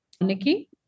Nikki